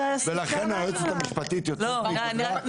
ולכן היועצת המשפטית יוצאת מגדרה.